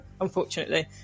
unfortunately